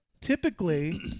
typically